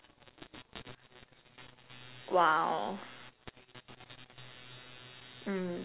!wow! mm